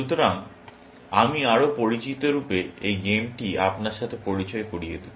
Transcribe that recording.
সুতরাং আমি আরও পরিচিত রূপে এই গেমটি আপনার সাথে পরিচয় করিয়ে দেব